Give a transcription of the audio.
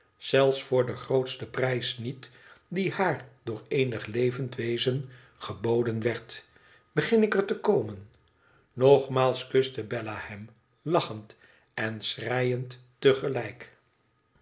zelfs voor den grootsten prijs niet die haar door eenig levend wezen geboden werd begin ik er te komen nogmaals kuste bella hem lachend en schreiend